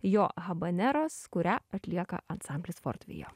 jo habaneros kurią atlieka ansamblis fort vijo